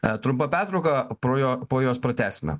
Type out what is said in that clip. trumpa pertrauka pro jo po jos pratęsime